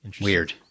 Weird